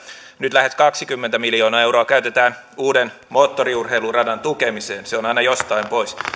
nyt lähes kaksikymmentä miljoonaa euroa käytetään uuden moottoriurheiluradan tukemiseen se on aina jostain pois